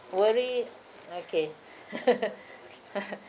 worry okay